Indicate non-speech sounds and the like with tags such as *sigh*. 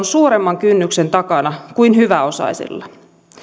*unintelligible* suuremman kynnyksen takana kuin hyväosaisilla